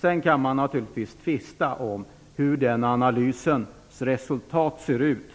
Sedan kan man naturligtvis tvista om hur analysresultatet ser ut.